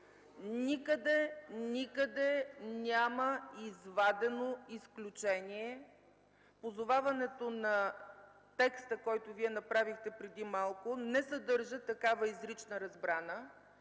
Никъде, никъде няма извадено изключение. Позоваването на текста, който Вие направихте преди малко, не съдържа такава изрична възбрана,